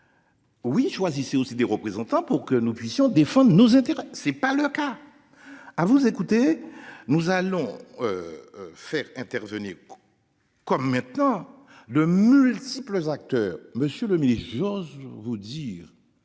Oui. Choisissez aussi des représentants pour que nous puissions défendre nous c'est pas le cas. À vous écouter, nous allons. Faire intervenir. Comme maintenant le multiples acteurs. Monsieur le Ministre, Georges, vous dire